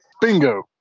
Bingo